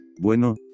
Bueno